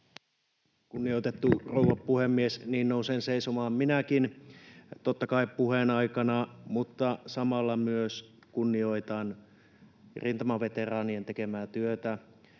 Kunnioitettu rouva puhemies! Niin nousen seisomaan minäkin totta kai puheen aikana, mutta samalla myös kunnioitan rintamaveteraanien tekemää työtä,